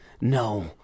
No